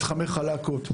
מתחמי חלאקות,